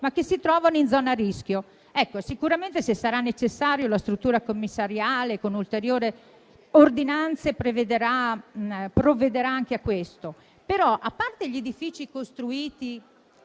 ma che si trovano in zona a rischio. Sicuramente, se sarà necessario, la struttura commissariale, con ulteriori ordinanze, provvederà anche a questo; però, a parte gli edifici costruiti